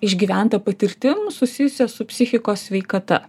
išgyventa patirtim susijusia su psichikos sveikata